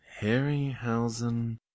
Harryhausen